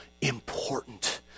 important